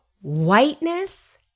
Whiteness